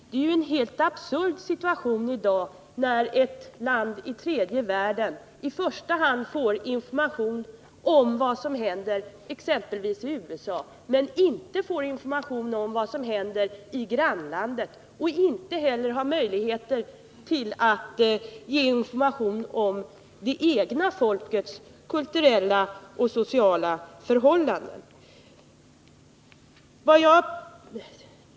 Det är ju en helt absurd situation i dag när ett land i tredje världen får information om vad som händer exempelvis i USA men inte om vad som händer i grannlandet och inte heller har möjligheter att ge information om det egna folkets kulturella och sociala förhållanden.